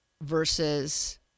versus